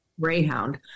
greyhound